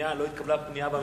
שעדיין לא התקבלה פנייה במשרד,